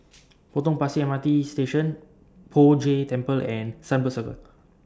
Potong Pasir M R T Station Poh Jay Temple and Sunbird Circle